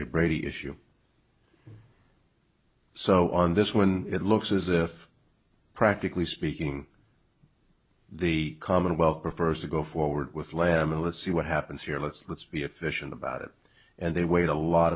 a brady issue so on this one it looks as if practically speaking the commonwealth prefers to go forward with lemon let's see what happens here let's let's be efficient about it and they wait a lot